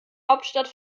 hauptstadt